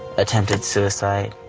attempted suicide.